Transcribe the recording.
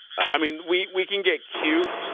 i mean, we, we can get cute.